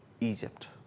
Egypt